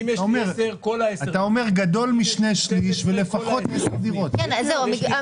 אתה אומר גדול משני שליש ולפחות 10 דירות --- מה